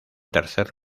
tercer